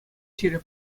ҫирӗп